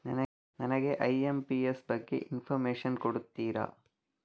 ನನಗೆ ಐ.ಎಂ.ಪಿ.ಎಸ್ ಬಗ್ಗೆ ಇನ್ಫೋರ್ಮೇಷನ್ ಕೊಡುತ್ತೀರಾ?